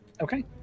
okay